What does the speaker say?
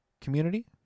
community